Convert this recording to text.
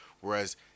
Whereas